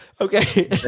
Okay